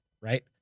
Right